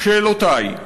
שאלותי: